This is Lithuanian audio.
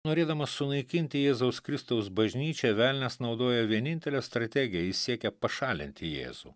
norėdamas sunaikinti jėzaus kristaus bažnyčią velnias naudojo vienintelę strategiją jis siekia pašalinti jėzų